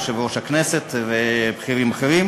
יושב-ראש הכנסת ובכירים אחרים;